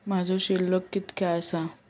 आजचो शिल्लक कीतक्या आसा?